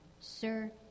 Sir